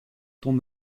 ton